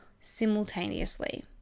simultaneously